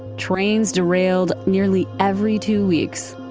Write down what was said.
trains derailed nearly every two weeks.